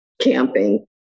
camping